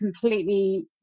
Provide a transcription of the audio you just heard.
completely